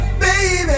baby